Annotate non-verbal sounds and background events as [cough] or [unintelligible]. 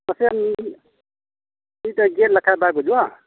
ᱯᱟᱥᱮᱢ ᱢᱤᱜᱫᱷᱟᱣ [unintelligible] ᱜᱮᱫ ᱞᱮᱠᱷᱟᱡ ᱵᱟᱭ ᱜᱩᱡᱩᱜᱼᱟ